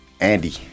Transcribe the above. Andy